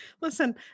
Listen